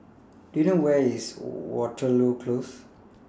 Do YOU know Where IS Waterloo Close